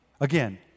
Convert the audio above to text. again